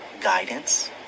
guidance